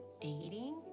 dating